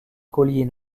collier